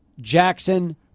Jackson